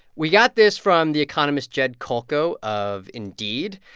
we got this from the economist jed kolko of indeed.